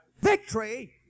Victory